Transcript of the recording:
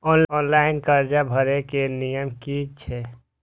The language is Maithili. ऑनलाइन कर्जा भरे के नियम की छे?